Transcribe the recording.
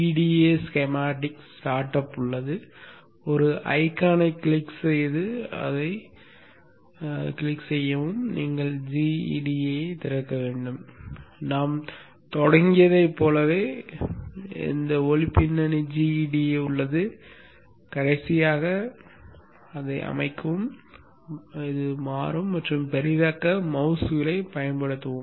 gEDA schematic start up உள்ளது ஒரு ஐகானைக் கிளிக் செய்து அதைக் கிளிக் செய்யவும் நீங்கள் gEDA ஐத் திறக்க வேண்டும் நாம் தொடங்கியதைப் போலவே ஒளி பின்னணி gEDA உள்ளது கடைசியாக அதை அமைக்கவும் மாற்றுவதற்கு மற்றும் பெரிதாக்க மவுஸ் வீலைப் பயன்படுத்தவும்